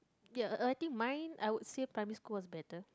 ya uh I think mine I would say primary school was better